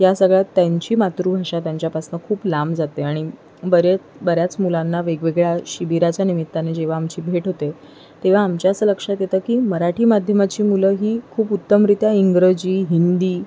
या सगळ्यात त्यांची मातृभाषा त्यांच्यापासून खूप लांब जाते आणि बऱ्या बऱ्याच मुलांना वेगवेगळ्या शिबिराच्या निमित्ताने जेव्हा आमची भेट होते तेव्हा आमच्या असं लक्षात येतं की मराठी माध्यमाची मुलं ही खूप उत्तमरित्या इंग्रजी हिंदी